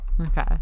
okay